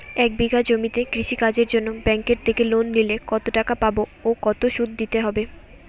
এক বিঘে জমিতে কৃষি কাজের জন্য ব্যাঙ্কের থেকে লোন নিলে কত টাকা পাবো ও কত শুধু দিতে হবে?